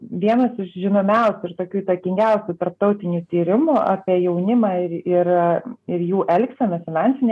vienas iš žinomiausių ir tokių įtakingiausių tarptautinių tyrimų apie jaunimą ir ir ir jų elgseną finansinę